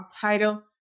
title